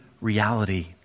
reality